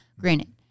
Granted